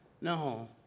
No